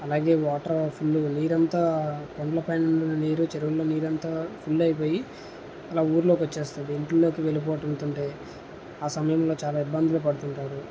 అలాగే వాటర్ ఫుల్గా నీరంతా కొండ్ల పైనున్న నీరు చెరువులో నీరంతా ఫుల్ అయిపోయి అలా ఊళ్ళోకి వచ్చేస్తుంది ఇండ్లలోకి వెళ్ళిపోతు ఉంటాయి ఆ సమయంలో చాలా ఇబ్బందులు పడుతుంటారు